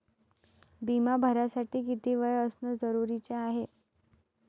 बिमा भरासाठी किती वय असनं जरुरीच हाय?